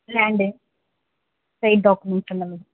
land documents இந்தமாதிரி